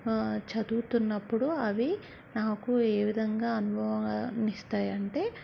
చదువుతున్నప్పుడు అవి నాకు ఏ విధంగా అనుభవన్ని ఇస్తాయంటే